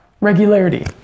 regularity